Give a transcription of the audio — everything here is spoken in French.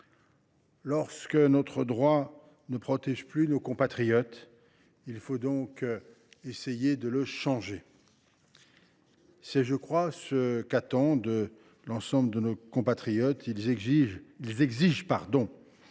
Lorsque le droit ne protège plus nos compatriotes, il faut essayer de le changer. C’est, je pense, ce qu’attendent de nous l’ensemble de nos compatriotes. Ils exigent du